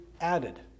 added